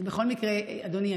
בכל מקרה אדוני,